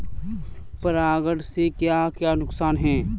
परागण से क्या क्या नुकसान हैं?